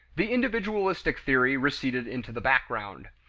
the individualistic theory receded into the background.